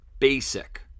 basic